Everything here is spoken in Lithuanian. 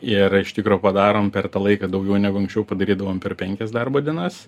ir iš tikro padarom per tą laiką daugiau negu anksčiau padarydavom per penkias darbo dienas